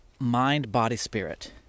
mind-body-spirit